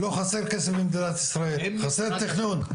לא חסר כסף למדינת ישראל, חסר תכנון.